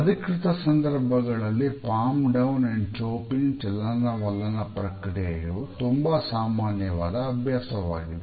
ಅಧಿಕೃತ ಸಂದರ್ಭಗಳಲ್ಲಿ palm down and chopping ಚಲನವಲನ ಪ್ರಕ್ರಿಯೆಯು ತುಂಬಾ ಸಾಮಾನ್ಯವಾದ ಅಭ್ಯಾಸವಾಗಿದೆ